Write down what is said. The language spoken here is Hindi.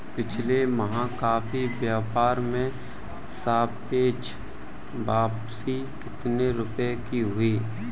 पिछले माह कॉफी व्यापार में सापेक्ष वापसी कितने रुपए की हुई?